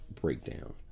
breakdown